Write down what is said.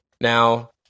now